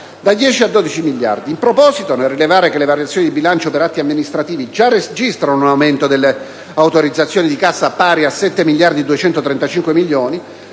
a 12.000 milioni. In proposito, nel rilevare che le variazioni al bilancio per atti amministrativi già registrano un aumento delle autorizzazioni di cassa pari a 7.235 milioni,